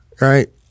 right